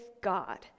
God